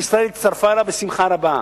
ה-OECD, שישראל הצטרפה אליו בשמחה רבה,